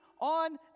on